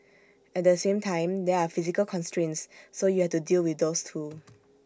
at the same time there are physical constraints so you have to deal with those too